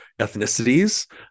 ethnicities